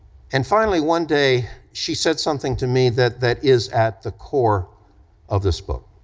and finally one day she said something to me that that is at the core of this book.